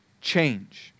change